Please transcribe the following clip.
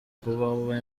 kubaho